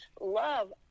love